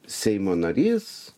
seimo narys